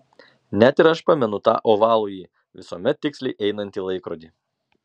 net ir aš pamenu tą ovalųjį visuomet tiksliai einantį laikrodį